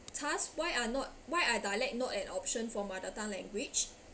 thus why are not why are dialect not an option for mother tongue language